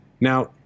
Now